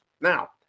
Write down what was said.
Now